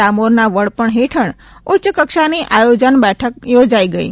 ડામોરના વડપણ હેઠળ ઉચ્ચ કક્ષાની આયોજન બેઠક યોજાઇ ગઇ